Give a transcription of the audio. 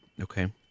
okay